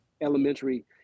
elementary